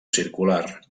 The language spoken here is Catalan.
circular